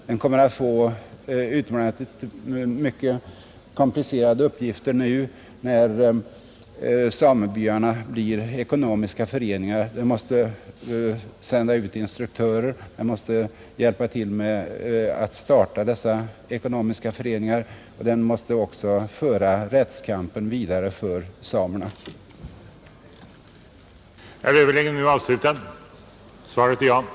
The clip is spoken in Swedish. Den kommer att få utomordentligt många och komplicerade uppgifter nu när samebyarna blir ekonomiska föreningar. Den måste sända ut instruktörer, hjälpa till med att starta dessa ekonomiska föreningar och den måste också föra rättskampen vidare för samerna. Överläggningen var härmed slutad.